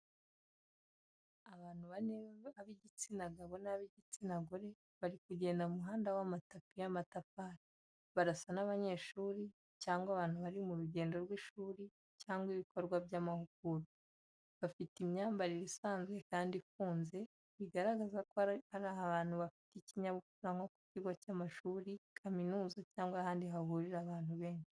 Abantu bane ab'igitsina gabo n'ab’igitsina gore bari kugenda mu muhanda w’amatapi y'amatafari. Barasa n’abanyeshuri cyangwa abantu bari mu rugendo rw’ishuri cyangwa ibikorwa by’amahugurwa. Bafite imyambarire isanzwe kandi ifunze, bigaragaza ko bari ahantu hafite ikinyabupfura nko ku kigo cy’amashuri kaminuza cyangwa ahandi hahurira abantu benshi.